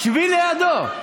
שבי לידו.